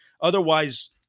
Otherwise